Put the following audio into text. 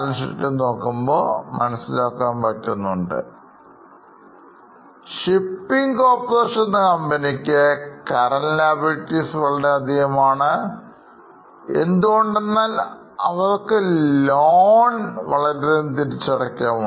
Shipping Corporation എന്ന കമ്പനിക്ക് Current liabilities വളരെ അധികമാണ് എന്തുകൊണ്ടെന്നാൽ അവർക്ക് വളരെയധികം ലോൺ തിരിച്ചടക്കാൻ ഉണ്ട്